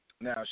now